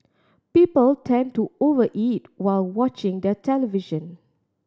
people tend to over eat while watching the television